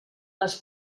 les